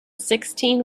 sixteen